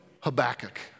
Habakkuk